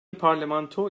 parlamento